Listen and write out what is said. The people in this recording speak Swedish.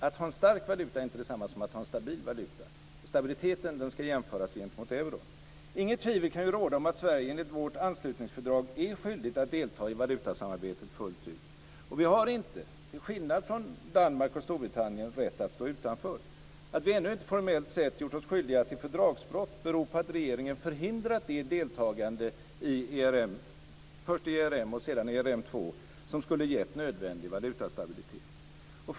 Att ha en stark valuta är inte detsamma som att ha en stabil valuta. Stabiliteten ska jämföras gentemot euron. Inget tvivel kan råda om att Sverige enligt vårt anslutningsfördrag är skyldigt att delta i valutasamarbetet fullt ut. Vi har inte till skillnad från Danmark och Storbritannien rätt att stå utanför. Att vi ännu inte formellt sett gjort oss skyldiga till fördragsbrott beror på att regeringen förhindrat det deltagande i först ERM och sedan ERM2 som skulle gett nödvändig valutastabilitet.